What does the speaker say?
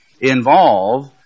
involve